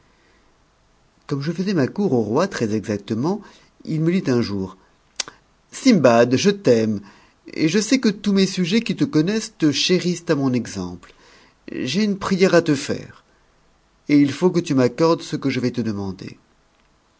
comme je faisais ma cour au roi très exactement il me dit un jour sindbad je t'aime et je sais que tous mes sujets qui te connaissent te chérissent à mon exemple j'ai une prière à te faire et il faut que tu m'accordes ce que je vais te demander